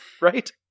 right